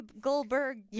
Goldberg